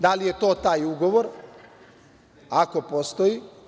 Da li je to taj ugovor, ako postoji?